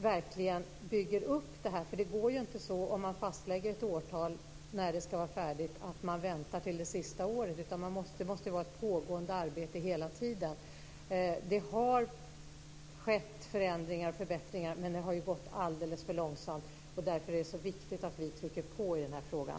verkligen bygger upp det här. För det är ju inte så att man fastställer ett årtal när det ska vara färdigt och sedan väntar till det sista året utan det måste vara ett pågående arbete hela tiden. Det har skett förändringar och förbättringar, men det har gått alldeles för långsamt. Därför är det så viktigt att vi trycker på i den här frågan.